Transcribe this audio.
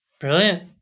Brilliant